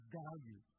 value